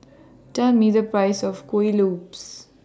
Tell Me The Price of Kuih Lopes